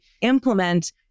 implement